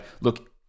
look